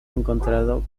encontrado